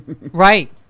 Right